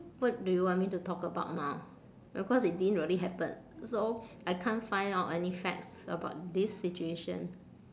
what do you want me to talk about now because it didn't really happen so I can't find out any facts about this situation